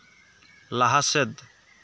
ᱞᱟᱦᱟ ᱥᱮᱫ